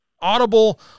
audible